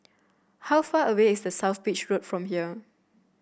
how far away is The South Beach from here